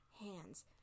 hands